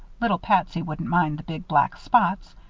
little patsy wouldn't mind the big black spots.